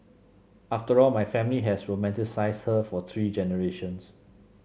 after all my family has romanticised her for three generations